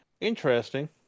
interesting